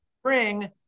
spring